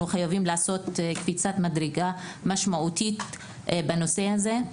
חייבים לעשות קפיצת מדרגה משמעותית בנושא הזה.